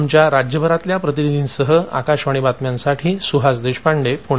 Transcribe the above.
आमच्या राज्यभरातल्या प्रतिनिधींसह आकाशवाणी बातम्यांसाठी सुहास देशपांडे पुणे